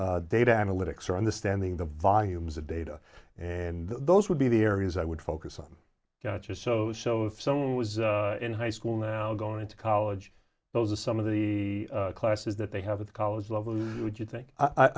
data analytics or on the standing the volumes of data and those would be the areas i would focus on just so so if someone was in high school now going to college those are some of the classes that they have at the college level would you think i